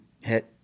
hit